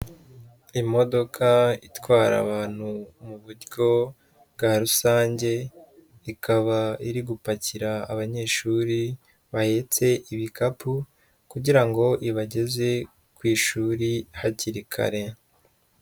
Imodoka itwara abantu mu buryo bwa rusange, ikaba iri gupakira abanyeshuri bahetse ibikapu kugira ngo ibageze ku ishuri hakiri kare.